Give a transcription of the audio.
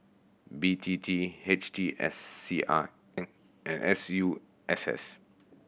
B T T H T S C I and S U S S